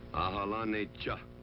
loni cha!